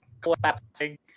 collapsing